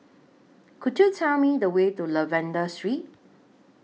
Could YOU Tell Me The Way to Lavender Street